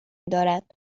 دارد